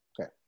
okay